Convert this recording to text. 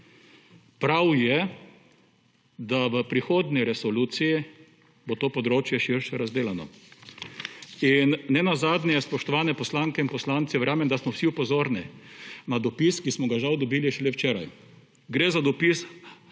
Prav je, da v prihodnji resoluciji bo to področje širše razdelano. In nenazadnje, spoštovane poslanke in poslanci, verjamem, da smo vsi pozorni na dopis, ki smo ga žal dobili šele včeraj. Gre za dopis